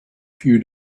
few